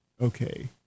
Okay